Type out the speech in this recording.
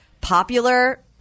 popular